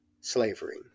slavery